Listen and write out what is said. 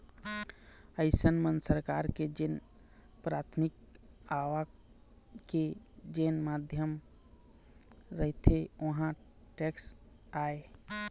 अइसन म सरकार के जेन पराथमिक आवक के जेन माध्यम रहिथे ओहा टेक्स आय